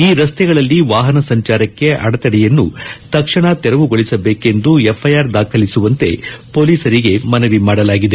ಈ ರಸ್ತೆಗಳಲ್ಲಿ ವಾಹನ ಸಂಚಾರಕ್ಕೆ ಅಡೆತಡೆಯನ್ನು ತಕ್ಷಣ ತೆರವುಗೊಳಿಸಬೇಕೆಂದು ಎಫ್ಐಆರ್ ದಾಖಲಿಸುವಂತೆ ಪೊಲೀಸರಿಗೆ ಮನವಿ ಮಾಡಲಾಗಿದೆ